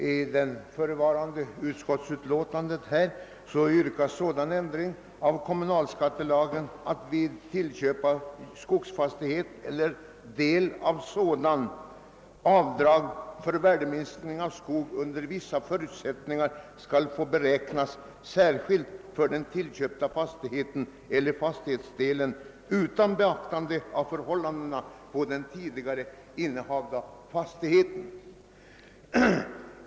I föreliggande utskottsbetänkande hemställes om en sådan ändring av kommunalskattelagen, att vid inköp av skogsfastighet eller del av sådan avdrag för värdeminskning av skog under vissa förutsättningar skall få beräknas särskilt för den tillköpta fastigheten eller fastighetsdelen utan beaktande av förhållandena på den tidigare innehavda fastigheten.